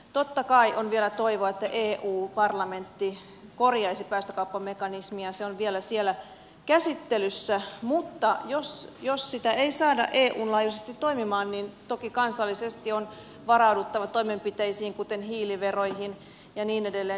totta kai on vielä toivoa että eu parlamentti korjaisi päästökauppamekanismia se on vielä siellä käsittelyssä mutta jos sitä ei saada eun laajuisesti toimimaan niin toki kansallisesti on varauduttava toimenpiteisiin kuten hiiliveroihin ja niin edelleen